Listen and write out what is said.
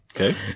Okay